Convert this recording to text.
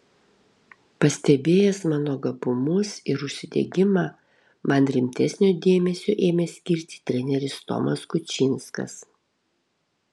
pastebėjęs mano gabumus ir užsidegimą man rimtesnio dėmesio ėmė skirti treneris tomas kučinskas